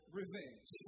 revenge